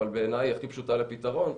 אבל בעיני היא הכי פשוטה לפתרון,